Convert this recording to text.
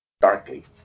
Darkly